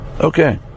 Okay